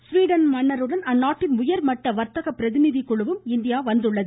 Sweden மன்னருடன் அந்நாட்டின் உயர்மட்ட வர்த்தக பிரதிநிதிக்குழுவும் இந்தியா வந்துள்ளது